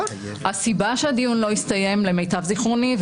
הסיבה שהדיון לא הסתיים למיטב זכרוני,